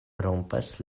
rompas